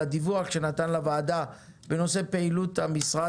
הדיווח שנתן לוועדה בנושא פעילות המשרד,